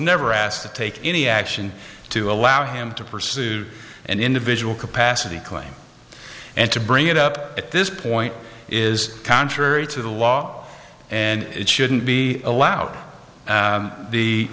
never asked to take any action to allow him to pursue an individual capacity claim and to bring it up at this point is contrary to the law and it shouldn't be allowed